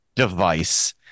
device